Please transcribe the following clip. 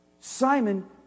Simon